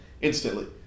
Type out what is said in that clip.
instantly